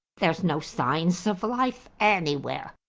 there's no signs of life anywhere,